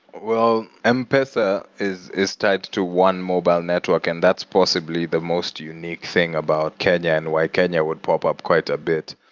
m-pesa is is tied to one mobile network, and that's possibly the most unique thing about kenya and why kenya would popup quite a bit.